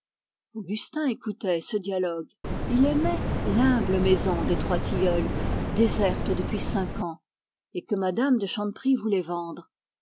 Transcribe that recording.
augustin écoutait ce dialogue il aimait l'humble maison des trois tilleuls déserte depuis cinq ans et que mme de chanteprie voulait vendre